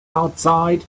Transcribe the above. outside